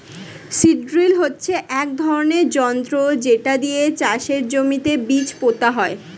seed drill হচ্ছে এক ধরনের যন্ত্র যেটা দিয়ে চাষের জমিতে বীজ পোতা হয়